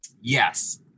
yes